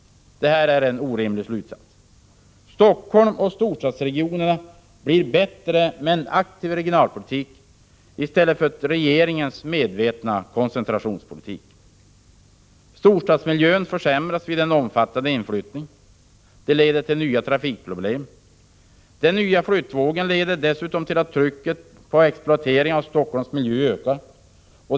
Detta är en orimlig slutsats. Helsingfors och storstadsregionerna blir bättre med en aktiv regionalpolitik i stället för regeringens medvetna koncentrationspolitik. Storstadsmiljön försämras vid en omfattande inflyttning och en inflyttning leder också till nya trafikproblem. Den nya flyttvågen leder dessutom till att trycket på exploatering av Helsingforss miljö ökar.